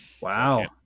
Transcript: Wow